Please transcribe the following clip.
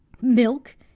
milk